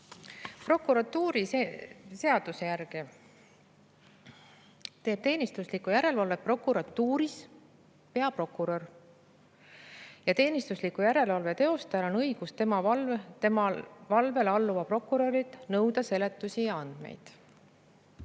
Prokuratuuriseaduse järgi teeb teenistuslikku järelevalvet prokuratuuris peaprokurör. Teenistusliku järelevalve teostajal on õigus tema järelevalvele alluvalt prokurörilt nõuda seletusi ja andmeid.